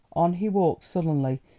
on he walked sullenly,